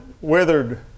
withered